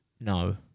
no